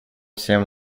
всем